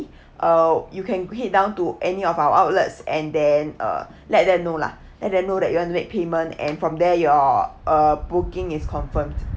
uh you can head down to any of our outlets and then uh let them know lah let them know that you want to make payment and from there your uh booking is confirmed